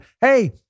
hey